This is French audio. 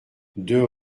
deux